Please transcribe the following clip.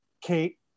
kate